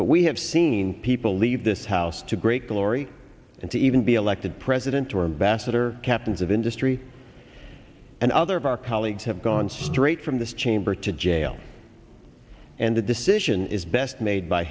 but we have seen people leave this house to great glory and to even be elected president or ambassador captains of industry and other of our colleagues have gone straight from this chamber to jail and a decision is best made by